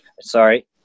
Sorry